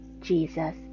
Jesus